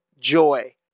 joy